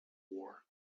war